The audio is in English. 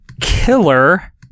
killer